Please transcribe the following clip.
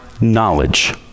knowledge